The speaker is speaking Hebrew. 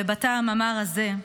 ובטעם המר הזה,